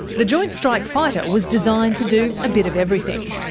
the joint strike fighter was designed to do a bit of everything.